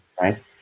right